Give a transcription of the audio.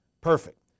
Perfect